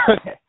Okay